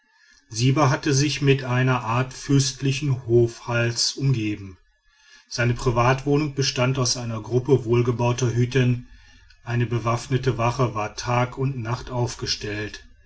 siber hatte sich mit einer art fürstlichen hofhalts umgeben seine privatwohnung bestand aus einer gruppe wohlgebauter hütten eine bewaffnete wache war tag und nacht aufgestellt